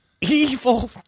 evil